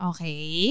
Okay